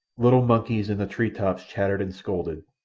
little monkeys in the tree-tops chattered and scolded,